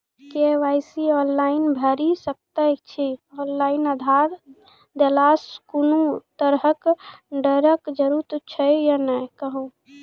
KYC online भैरि सकैत छी, ऑनलाइन आधार देलासॅ कुनू तरहक डरैक जरूरत छै या नै कहू?